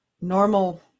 normal